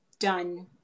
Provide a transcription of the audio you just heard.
Done